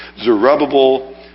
Zerubbabel